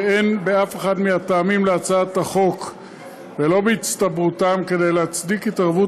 שאין באף אחד מהטעמים להצעת החוק ולא בהצטברותם כדי להצדיק התערבות